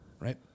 Right